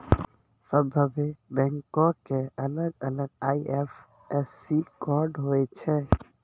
सभ्भे बैंको के अलग अलग आई.एफ.एस.सी कोड होय छै